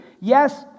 Yes